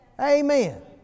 Amen